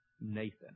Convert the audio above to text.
Nathan